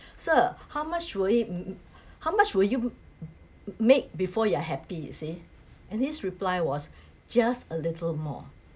sir how much will it how much will you make before you are happy you see and his reply was just a little more